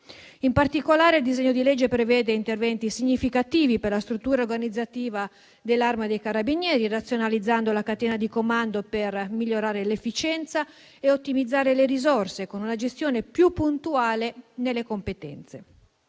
In particolare il disegno di legge prevede interventi significativi per la struttura organizzativa dell'Arma dei carabinieri, razionalizzando la catena di comando per migliorare l'efficienza e ottimizzare le risorse con una gestione più puntuale nelle competenze.